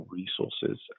resources